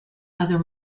other